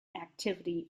activity